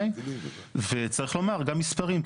צריך לומר גם מספרים.